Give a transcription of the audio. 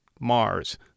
Mars